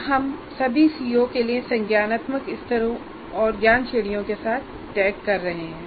अब हम सभी सीओ के लिए संज्ञानात्मक स्तरों और ज्ञान श्रेणियों के साथ टैग कर रहे हैं